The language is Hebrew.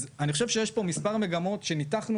אז אני חושב שיש פה מספר מגמות שניתחנו